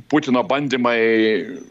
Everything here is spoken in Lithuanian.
putino bandymai